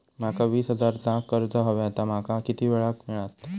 माका वीस हजार चा कर्ज हव्या ता माका किती वेळा क मिळात?